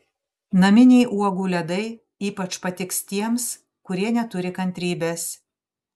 naminiai uogų ledai ypač patiks tiems kurie neturi kantrybės